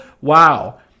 wow